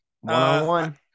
One-on-one